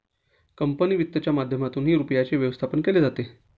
company वित्तच्या माध्यमातूनही रुपयाचे व्यवस्थापन केले जाते